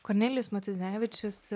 kornelijus matuzevičius